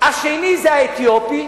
השני זה האתיופי,